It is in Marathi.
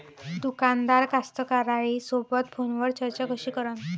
दुकानदार कास्तकाराइसोबत फोनवर चर्चा कशी करन?